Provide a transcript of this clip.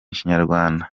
kinyarwanda